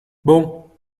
bon